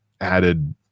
added